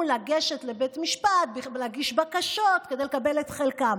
לגשת לבית משפט להגיש בקשות כדי לקבל את חלקן,